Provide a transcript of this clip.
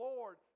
Lord